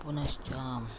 पुनश्च